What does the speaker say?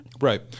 Right